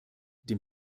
dem